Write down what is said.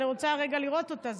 אני רוצה רגע לראות אותה.